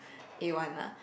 a-one ah